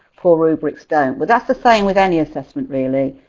poor rubrics don't. but that's the same with any assessment really,